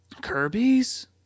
Kirby's